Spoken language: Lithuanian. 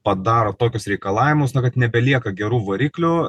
padaro tokius reikalavimus na kad nebelieka gerų variklių